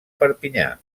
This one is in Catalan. perpinyà